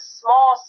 small